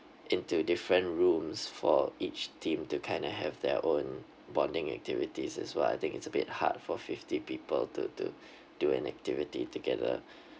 into different rooms for each team to kind of have their own bonding activities that's why I think it's a bit hard for fifty people to to do an activity together